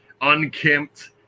unkempt